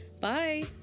Bye